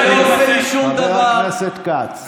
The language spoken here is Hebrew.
לא יכול להיות, חבר הכנסת כץ.